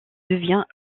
devient